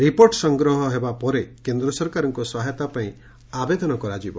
report ସଂଗ୍ରହ ହେବା ପରେ କେନ୍ଦ୍ର ସରକାରଙ୍କୁ ସହାୟତା ପାଇଁ ଆବେଦନ କରାଯିବ